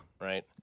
Right